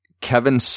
Kevin